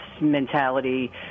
mentality